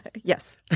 Yes